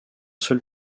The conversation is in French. seul